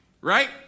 Right